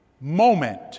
moment